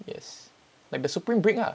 yes like the supreme brick ah